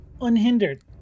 unhindered